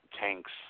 tanks